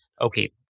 okay